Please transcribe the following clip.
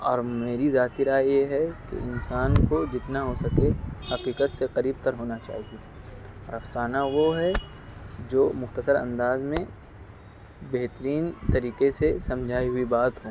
اور میری ذاتی رائے یہ ہے کہ انسان کو جتنا ہو سکے حقیقت سے قریب تر ہونا چاہیے افسانہ وہ ہے جو مختصر انداز میں بہترین طریقے سے سمجھائی ہوئی بات ہو